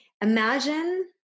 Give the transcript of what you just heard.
Imagine